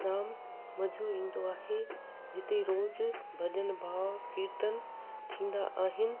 जाम मज़ो ईंदो आहे जिते रोज़ु भॼन भाव कीर्तन थींदा आहिनि